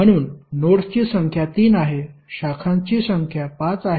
म्हणून नोड्सची संख्या 3 आहे शाखांची संख्या 5 आहे